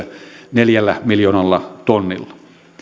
neljällä miljoonalla tonnilla